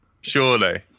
Surely